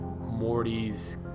Morty's